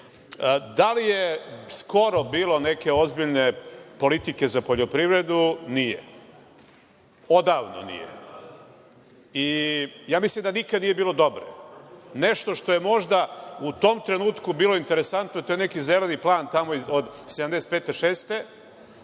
Da li je skoro bilo neke ozbiljne politike za poljoprivredu? Nije. Odavno nije. Mislim da nikada nije bilo dobro. Nešto što je možda u tom trenutku bilo interesantno, to je neki zeleni plan, tamo iz 1975/76.